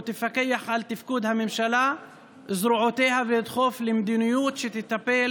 תפקח על תפקוד הממשלה וזרועותיה ותדחוף למדיניות שתטפל